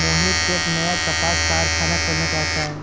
मोहित एक नया कपास कारख़ाना खोलना चाहता है